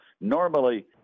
normally –